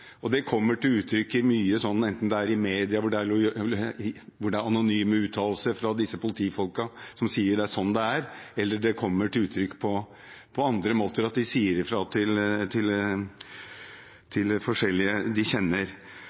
Det kommer til uttrykk i media gjennom anonyme uttalelser fra disse politifolkene, som sier at det er sånn det er, eller det kommer til uttrykk på andre måter, at de sier fra til forskjellige de kjenner.